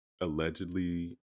allegedly